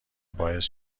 باعث